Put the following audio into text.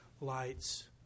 lights